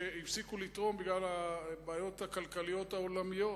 הפסיקו לתרום בגלל הבעיות הכלכליות העולמיות,